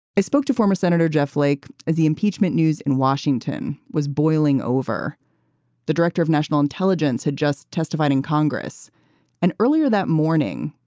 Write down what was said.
i spoke to former senator jeff flake at the impeachment news in washington was boiling over the director of national intelligence had just testified in congress an earlier that morning.